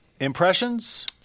impressions